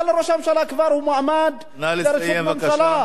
אבל ראש הממשלה כבר הוא מועמד לראשות ממשלה,